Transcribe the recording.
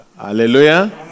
Hallelujah